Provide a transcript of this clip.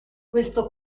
questo